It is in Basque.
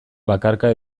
bakarka